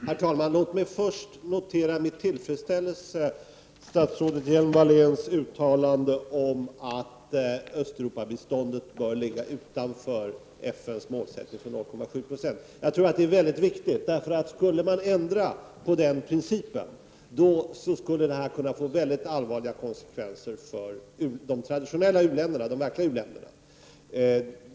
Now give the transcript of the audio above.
Herr talman! Låt mig först med tillfredsställelse notera statsrådet Hjelm Walléns uttalande att Östeuropabiståndet bör ligga utanför FN:s målsättning 0,7 Yo. Jag tror att detta är mycket viktigt. Skulle man ändra på den principen, skulle det kunna få mycket allvarliga konsekvenser för de traditionella u-länderna — de verkliga u-länderna.